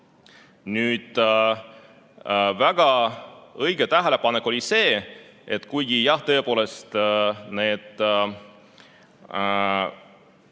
Väga õige tähelepanek oli see, et kuigi jah, tõepoolest, need